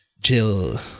Jill